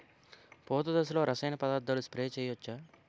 పూత దశలో రసాయన పదార్థాలు స్ప్రే చేయచ్చ?